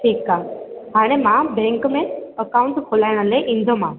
ठीकु आहे हाणे मां बैंक में अकाउंट खोलाइण लाइ इंदोमांव